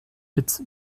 its